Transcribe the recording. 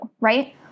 right